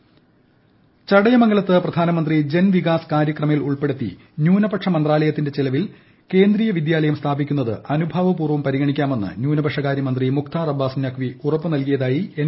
കേന്ദ്രീയ വിദ്യാലയ്ട്പ്പ ചടയമംഗലത്ത് പ്രധാനമന്ത്രി ജൻവികാസ് കാര്യക്രമിൽ ഉൾപ്പെടുത്തി ന്യൂനപക്ഷ മന്ത്രാലയത്തിന്റെ ചിലവിൽ കേന്ദ്രീയ വിദ്യാലയം സ്ഥാപിക്കുന്നത് അനുഭാവപൂർവ്വം പരിഗണിക്കാമെന്ന് ന്യൂനപക്ഷ കാര്യ മന്ത്രി മുഖ്താർ അബ്ബാസ് നഖി ഉറപ്പ് നൽകിയതായി എൻ